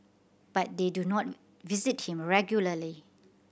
but they do not visit him regularly